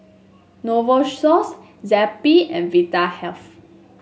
Novosource Zappy and Vitahealth